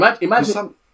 Imagine